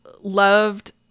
loved